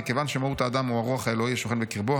מכיוון שמהות האדם הוא הרוח האלוהי השוכן בקרבו,